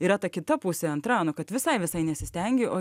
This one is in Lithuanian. yra ta kita pusė antra nu kad visai visai nesistengi o